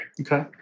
Okay